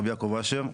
רב יעקב אשר.